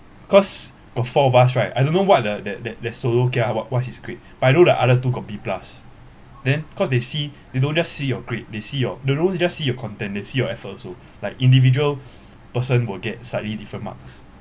cause got four of us right I don't know what that that that that solo kia what what he's grade but I know the other two got B plus then cause they see they don't just see your grade they see your they don't just see your content they see your efforts also like individual person will get slightly different mark